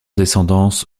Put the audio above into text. descendance